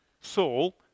Saul